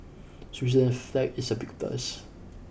Switzerland's flag is a big plus